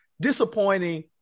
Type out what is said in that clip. disappointing